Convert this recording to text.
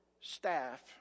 staff